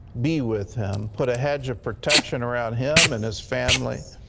be with him. put a hedge of protection around him and his family.